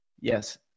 Yes